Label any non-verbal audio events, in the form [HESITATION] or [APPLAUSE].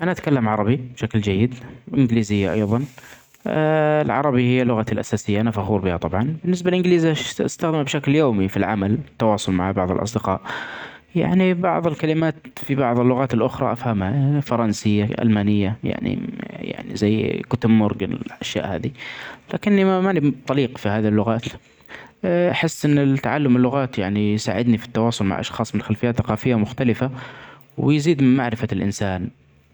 أنا أتكلم عربي بشكل جيد أنجليزية أيظا ،العربي لغتي الأساسية أنا فخور بها طبعا ،بالنسبة للانجليزي [HESITATION] أستخدمه بشكل يومي في العمل ،التواصل مع بعض الأصدقاء ،يعني بعض الكلمات في بعض اللغات الأخري أفهمها فرنسي الألمانية يعني [HESITATION] زي كتب مورجن الاشياء هادي لكن ماني طليق في هذه اللغات [HESITATION] أحس أن تعلم اللغات يعني يساعدني في التواصل مع أشخاص من خلفية ثقافية مختلفة ،ويزيد معرفة الإنسان.